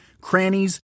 crannies